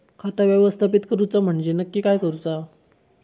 खाता व्यवस्थापित करूचा म्हणजे नक्की काय करूचा?